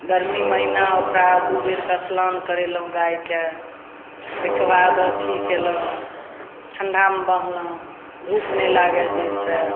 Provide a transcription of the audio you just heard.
गरमी महिना ओकरा दुइ बेरके अस्लान करेलहुँ गाइके ओहिके बाद अथी कएलहुँ ठण्डामे बाँन्हलहुँ धूप नहि लागै जाहिसँ